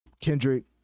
Kendrick